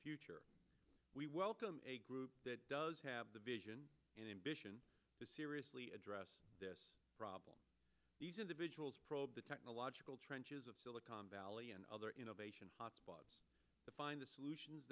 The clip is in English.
future we welcome a group that does have the vision in bishan to seriously address this problem these individuals probe the technological trenches of silicon valley and other innovation hotspots to find the solutions